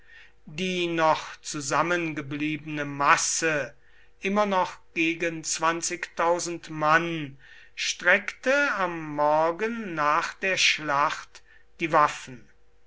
die noch zusammengebliebene masse immer noch gegen mann streckte am morgen nach der schlacht die waffen